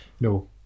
No